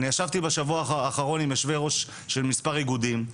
אני ישבתי בשבוע האחרון עם יושבי-ראש של מספר איגודים,